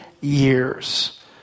years